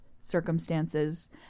circumstances